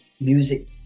music